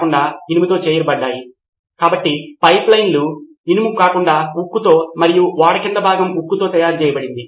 అతను తన తల్లి ఫోన్ను ఉపయోగిస్తాడు అక్కడ వారు ఉపాధ్యాయులు వచ్చి ఒకే చోట వారి నోట్స్ను ఉంచారు వారు తమ క్లాస్మేట్స్తో నోట్స్ పంచుకుంటారు